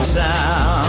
town